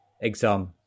exam